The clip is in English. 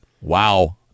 wow